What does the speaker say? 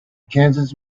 kansas